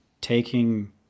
taking